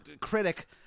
critic